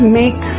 make